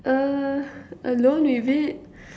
err alone with it